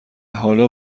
حالا